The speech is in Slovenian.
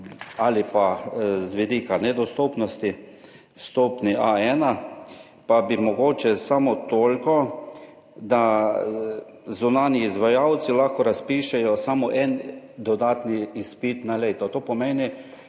ali pa z vidika nedostopnosti stopnji A1, pa bi mogoče samo toliko, da zunanji izvajalci lahko razpišejo samo en dodatni izpit na leto, to pomeni,